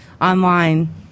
online